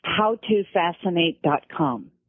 howtofascinate.com